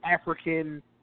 African